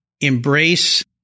Embrace